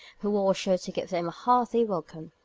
who was sure to give them a hearty welcome.